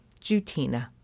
Jutina